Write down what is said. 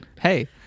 Hey